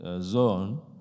zone